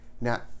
Now